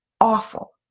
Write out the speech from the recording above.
awful